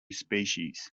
species